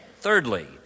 Thirdly